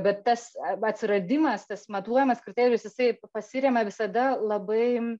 bet tas a atsiradimas tas matuojamas kriterijus jisai pasiremia visada labai